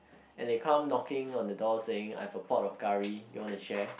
and they come knocking on the door saying I have a pot of curry you want to share